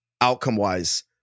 outcome-wise—